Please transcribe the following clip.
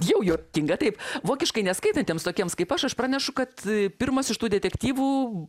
jau juokinga taip vokiškai neskaitantiems tokiems kaip aš aš pranešu kad pirmas iš tų detektyvų